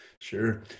Sure